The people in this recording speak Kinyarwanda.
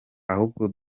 ahubwo